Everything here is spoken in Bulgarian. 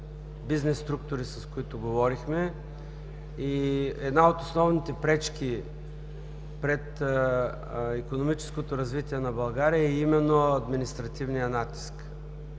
бизнес структури, с които говорихме, и една от основните пречки пред икономическото развитие на България е именно административният натиск.